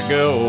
go